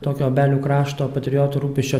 tokio obelių krašto patriotų rūpesčio